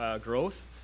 growth